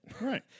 Right